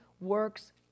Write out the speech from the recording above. works